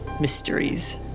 Mysteries